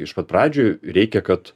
iš pat pradžių reikia kad